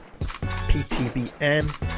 PTBN